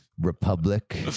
Republic